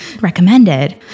recommended